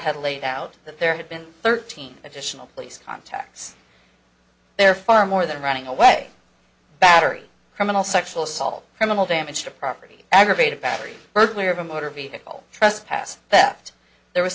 had laid out that there had been thirteen additional police contacts they're far more than running away battery criminal sexual assault criminal damage to property aggravated battery burglary of a motor vehicle trespass that there was